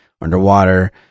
underwater